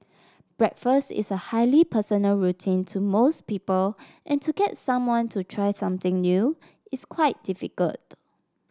breakfast is a highly personal routine to most people and to get someone to try something new is quite difficult